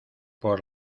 por